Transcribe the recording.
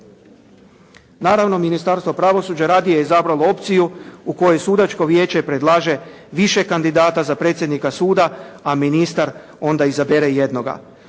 Naravno, Ministarstvo pravosuđa radije je izabralo opciju u kojoj Sudačko vijeće predlaže više kandidata za predsjednika suda, a ministar onda izabere jednoga.